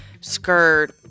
skirt